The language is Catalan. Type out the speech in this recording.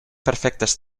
perfectes